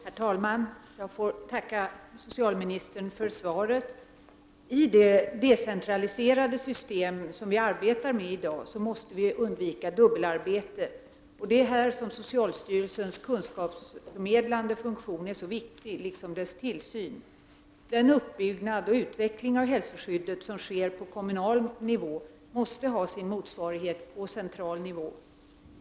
Herr talman! Jag får tacka socialministern för svaret. I det decentraliserade system som vi arbetar med i dag måste vi undvika dubbelarbete. Det är här socialstyrelsens kunskapsförmedlande funktion är så viktig, liksom dess tillsyn. Den utbyggnad och utveckling av hälsoskyddet som sker på kommunal nivå måste ha sin motsvarighet på central nivå.